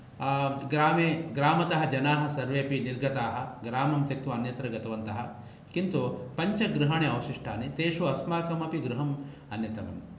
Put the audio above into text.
ग्रामे ग्रामतः जनाः सर्वेऽपि निर्गताः ग्रामं त्यक्त्वा अन्यत्र गतवन्तः किन्तु पञ्चगृहाणि अवशिष्टानि तेषु अस्माकमपि गृहं अन्यतमम्